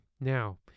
Now